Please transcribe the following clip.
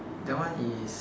that one is